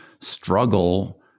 struggle